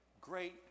great